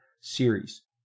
series